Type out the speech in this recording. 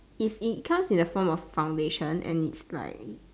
is it comes in the form of foundation and it's like